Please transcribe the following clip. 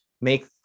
make